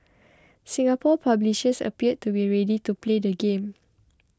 Singapore publishers appear to be ready to play the game